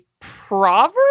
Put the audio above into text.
proverb